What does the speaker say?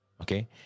Okay